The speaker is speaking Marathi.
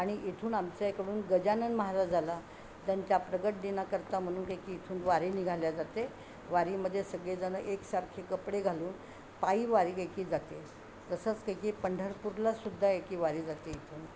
आणि इथून आमच्या इकडून गजानन महाराजाला त्यांच्या प्रकटदिनाकरता म्हणून काय की इथून वारी निघाल्या जाते वारीमध्ये सगळेजणं एकसारखे कपडे घालून पायी वारी घेतली जाते तसंच काय की पंढरपूरला सुद्धा एकी वारी जाते इथून